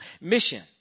Mission